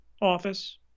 office